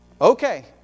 okay